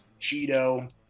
Cheeto